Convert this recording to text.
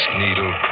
needle